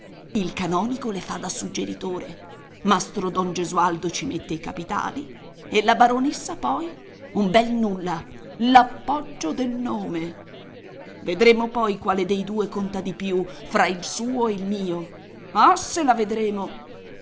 saperlo il canonico le fa da suggeritore mastro don gesualdo ci mette i capitali e la baronessa poi un bel nulla l'appoggio del nome vedremo poi quale dei due conta di più fra il suo e il mio oh se la vedremo